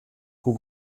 hoe